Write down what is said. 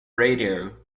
radio